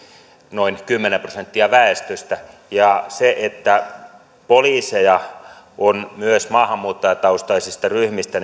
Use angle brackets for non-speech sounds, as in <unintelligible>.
noin kymmenen prosenttia väestöstä se että poliiseja on myös maahanmuuttajataustaisista ryhmistä <unintelligible>